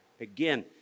Again